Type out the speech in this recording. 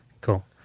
Cool